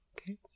okay